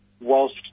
whilst